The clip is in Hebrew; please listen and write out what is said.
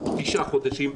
תשעה חודשים,